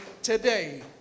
Today